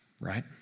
right